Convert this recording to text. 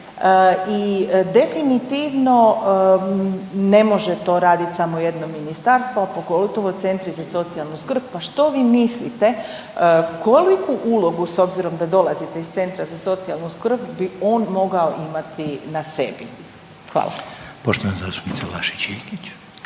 i definitivno ne može to raditi samo jedno ministarstvo, a pogotovo centri za socijalnu skrb, pa što vi mislite koliku ulogu, s obzirom da dolazite iz centra za socijalnu skrb bi on mogao imati na sebi? Hvala. **Reiner, Željko